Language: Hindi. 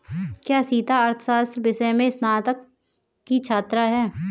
क्या सीता अर्थशास्त्र विषय में स्नातक की छात्रा है?